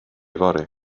fory